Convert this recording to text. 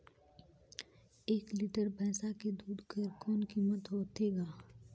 एक लीटर भैंसा के दूध कर कौन कीमत होथे ग?